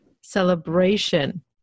celebration